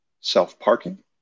Self-parking